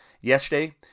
Yesterday